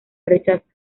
rechaza